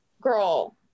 girl